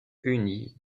unis